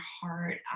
heart